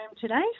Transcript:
today